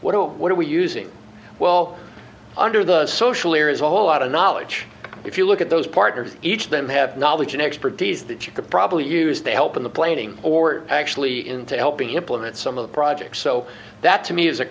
today what are we using well under those socially or is a whole lot of knowledge if you look at those partners each of them have knowledge and expertise that you could probably use they help in the planing or actually into helping implement some of the projects so that to me is a